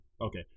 Okay